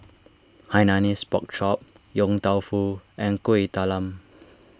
Hainanese Pork Chop Yong Tau Foo and Kueh Talam